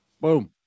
Boom